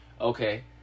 Okay